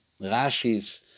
rashis